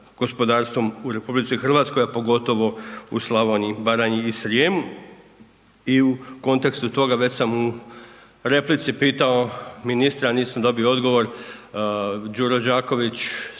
gospodarstvo u RH, a pogotovo u Slavoniji, Baranji i Srijemu. I u kontekstu toga već sam u replici pitao ministra, a nisam dobio odgovor. Đuro Đaković